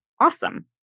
awesome